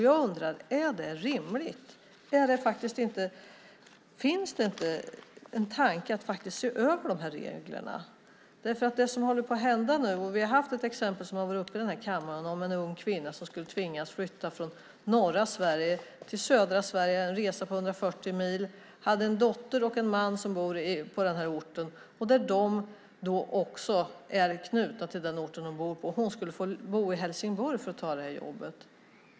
Jag undrar om detta är rimligt. Finns det inte någon tanke om att se över de här reglerna? Vi har haft ett exempel uppe i den här kammaren på det som håller på att hända nu. Det är en ung kvinna som skulle tvingas flytta från norra Sverige till södra Sverige - en resa på 140 mil. Hon har en dotter och en man som bor på den här orten, och de är knutna till den. Kvinnan skulle få bo i Helsingborg för att kunna ta jobbet.